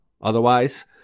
otherwise